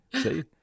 See